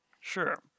Sure